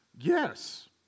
Yes